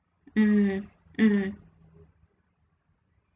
mm mm